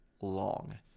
long